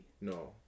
No